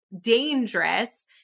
dangerous